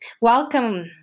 welcome